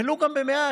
ולו גם מעט,